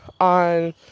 on